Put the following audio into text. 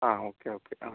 ആ okay okay ആ